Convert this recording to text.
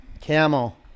Camel